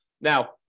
Now